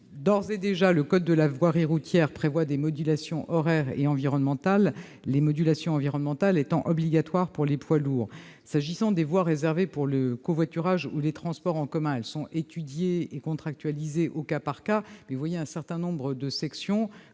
proposez. Le code de la voirie routière prévoit d'ores et déjà des modulations horaires et environnementales, les modulations environnementales étant obligatoires pour les poids lourds. S'agissant des voies réservées pour le covoiturage ou les transports en commun, elles sont étudiées et contractualisées au cas par cas. Cette démarche n'est pas